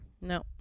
no